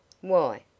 Why